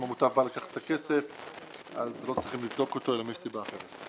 אם המוטב בא לקחת את הכסף אז לא צריכים לבדוק אותו אלא אם יש סיבה אחרת.